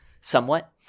somewhat